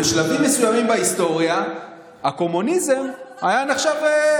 בשלבים מסוימים בהיסטוריה הקומוניזם היה נחשב,